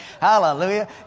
Hallelujah